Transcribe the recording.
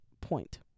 Point